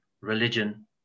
religion